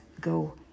go